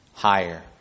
higher